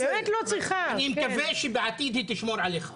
אני מקווה שבעתיד היא תשמור עליך.